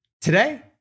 today